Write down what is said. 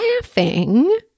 laughing